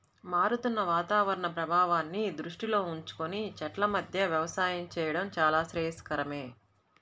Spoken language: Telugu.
మారుతున్న వాతావరణ ప్రభావాన్ని దృష్టిలో ఉంచుకొని చెట్ల మధ్య వ్యవసాయం చేయడం చాలా శ్రేయస్కరమే